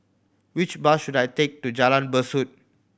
which bus should I take to Jalan Besut